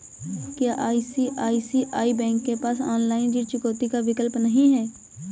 क्या ICICI bank के पास ऑनलाइन ऋण चुकौती का विकल्प नहीं है?